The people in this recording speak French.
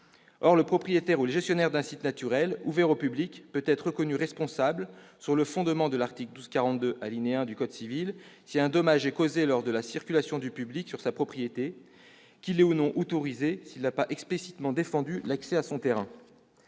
Or le propriétaire ou le gestionnaire d'un site naturel ouvert au public peut être reconnu responsable, sur le fondement de l'article 1242, alinéa 1, du code civil, si un dommage est causé lors de la circulation du public sur sa propriété, qu'il l'ait ou non autorisée, s'il n'a pas explicitement défendu l'accès à son terrain.